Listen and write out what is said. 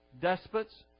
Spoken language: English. despots